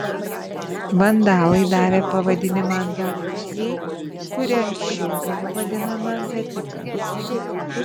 vandalai davė pavadinimą andalūzijai kuri anksčiau buvo vadinama betika